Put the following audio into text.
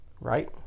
Right